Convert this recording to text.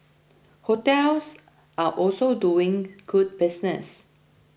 hotels are also doing good business